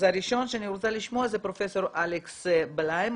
אז הראשון שאני רוצה לשמוע זה פרופ' אלכס בליי,